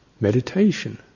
meditation